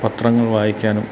പത്രങ്ങൾ വായിക്കാനും